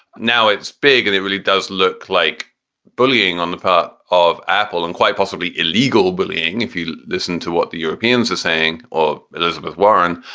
now it's big and it really does look like bullying on the part of apple and quite possibly illegal bullying. if you listen to what the europeans are saying or elizabeth warren.